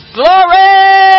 glory